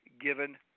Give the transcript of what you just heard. given